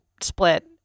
split